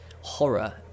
horror